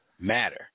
matter